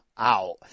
out